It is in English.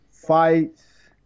fights